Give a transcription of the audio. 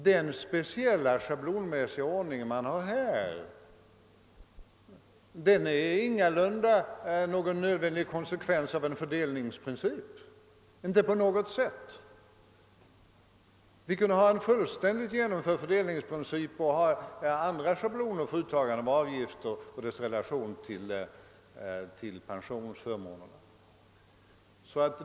Den speciella schablonmässiga ordning man här har utgör ingalunda en nödvändig konsekvens av en fördelningsprincip. Vi kan ha en fullständigt genomförd fördelningsprincip men ha andra schabloner för uttagande av avgifter och för deras relationer till pensionsförmånerna.